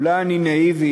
אולי אני נאיבי,